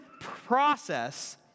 process